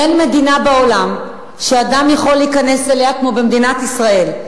אין מדינה בעולם שאדם יכול להיכנס אליה כמו מדינת ישראל,